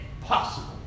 possible